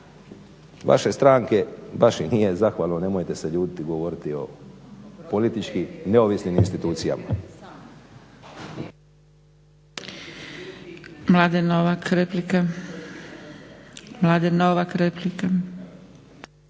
vaše stranke baš i nije zahvalno, nemojte se ljutiti, govoriti o politički neovisnim institucijama.